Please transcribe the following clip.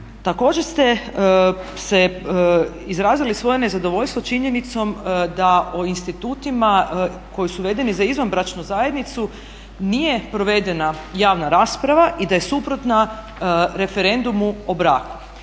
Također ste izrazili svoje nezadovoljstvo sa činjenicom da o institutima koji su uvedeni za izvanbračnu zajednicu nije provedena javna rasprava i da je suprotna referendumu o braku.